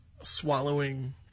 Swallowing